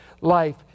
life